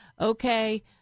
okay